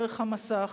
דרך המסך,